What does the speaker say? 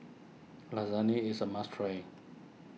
Lasagne is a must try